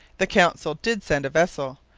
the council did send a vessel.